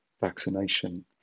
vaccination